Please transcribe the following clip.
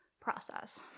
process